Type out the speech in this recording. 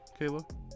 Kayla